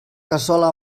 cassola